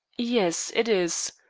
yes, it is.